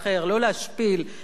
לא להפחיד,